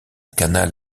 canal